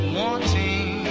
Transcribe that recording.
wanting